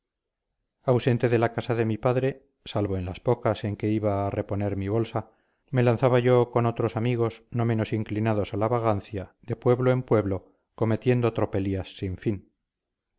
ausente de la casa de mi padre salvo en las pocas en que iba a reponer mi bolsa me lanzaba yo con otros amigos no menos inclinados a la vagancia de pueblo en pueblo cometiendo tropelías sin fin